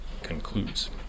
concludes